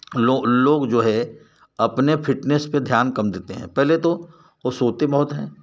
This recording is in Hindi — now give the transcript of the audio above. लोग लोग जो है अपने फिटनेस पे ध्यान कम देते हैं पहले तो वो सोते बहुत हैं